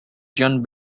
john